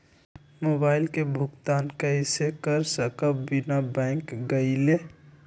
Mobile के भुगतान कईसे कर सकब बिना बैंक गईले?